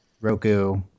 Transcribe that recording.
Roku